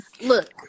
Look